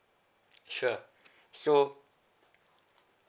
sure so